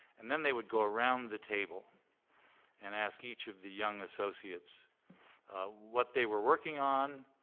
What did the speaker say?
and then they would go around the table and ask each of the young associates what they were working on,